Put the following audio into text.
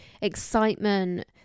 excitement